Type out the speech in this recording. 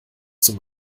zum